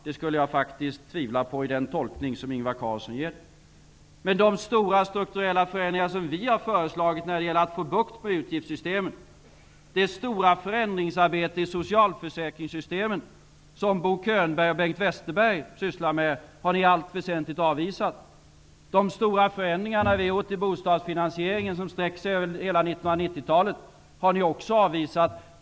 Det skulle jag faktiskt tvivla på, i den tolkning som Men de stora strukturella förändringar som vi har föreslagit när det gäller att få bukt med utgiftssystemen -- det stora förändringsarbete i socialförsäkringssystemen som Bo Könberg och Bengt Westerberg sysslar med -- har ni i allt väsentligt avvisat. De stora förändringar i bostadsfinansieringen som vi gjort, vilka sträcker sig över hela 90-talet, har ni också avvisat.